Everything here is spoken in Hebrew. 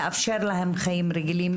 לאפשר להם חיים רגילים.